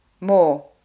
more